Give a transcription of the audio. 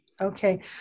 Okay